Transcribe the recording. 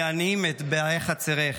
/ להנעים את באי חצרך.